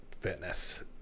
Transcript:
fitness